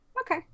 okay